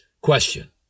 Question